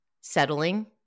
settling